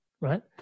Right